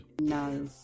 No